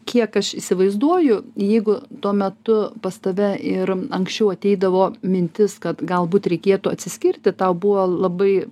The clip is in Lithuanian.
kiek aš įsivaizduoju jeigu tuo metu pas tave ir anksčiau ateidavo mintis kad galbūt reikėtų atsiskirti tau buvo labai